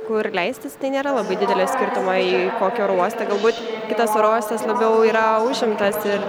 kur leistis tai nėra labai didelio skirtumo į kokį oro uostą galbūt kitas oro uostas labiau yra užimtas ir